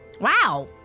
Wow